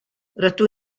rydw